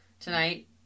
Tonight